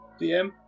DM